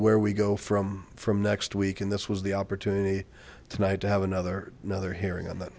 where we go from from next week and this was the opportunity tonight to have another another hearing on th